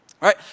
right